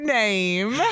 name